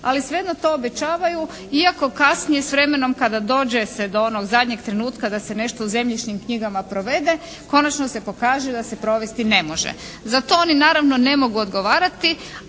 ali svejedno to obećavaju iako kasnije s vremenom kada dođe se do onog zadnjeg trenutka da se nešto u zemljišnim knjigama provede konačno se pokaže da se provesti ne može. Za to oni naravno ne mogu odgovarati